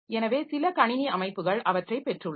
எனவே சில கணினி அமைப்புகள் அவற்றை பெற்றுள்ளன